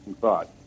thought